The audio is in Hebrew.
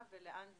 להגיע.